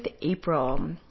April